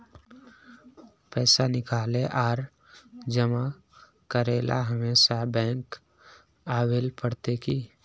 पैसा निकाले आर जमा करेला हमेशा बैंक आबेल पड़ते की?